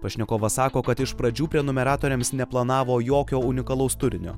pašnekovas sako kad iš pradžių prenumeratoriams neplanavo jokio unikalaus turinio